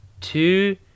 two